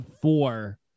four